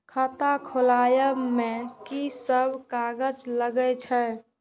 खाता खोलाअब में की सब कागज लगे छै?